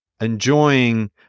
enjoying